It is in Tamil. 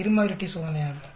இரு மாதிரி t சோதனையாலும்